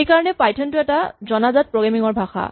সেইকাৰণে পাইথন টো এটা জনাজাত প্ৰগ্ৰেমিং ৰ ভাষা